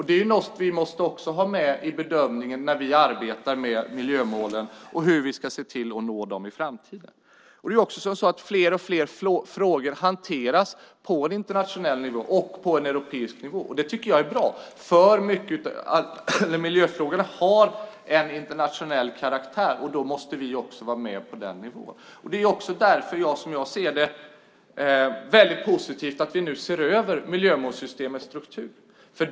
Det är något som vi också måste ha med i bedömningen när vi arbetar med miljömålen och hur vi ska nå dem i framtiden. Fler och fler frågor hanteras på internationell och europeisk nivå. Det tycker jag är bra. Miljöfrågorna har en internationell karaktär. Därför måste vi vara med på den nivån. Det är därför positivt att vi ser över miljömålssystemets struktur.